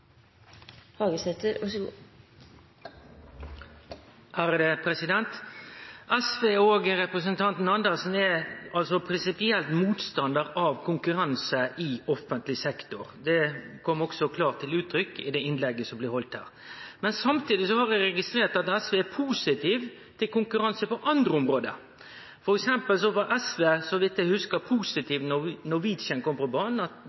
av konkurranse i offentleg sektor. Det kom også klart til uttrykk i det innlegget som blei halde her. Men samtidig har eg registrert at SV er positiv til konkurranse på andre område. For eksempel var SV så vidt eg hugsar positive då Norwegian kom på banen – at